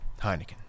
Heineken